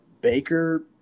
Baker